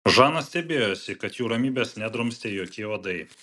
žana stebėjosi kad jų ramybės nedrumstė jokie uodai